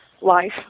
life